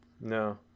No